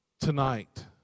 tonight